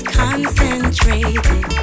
concentrated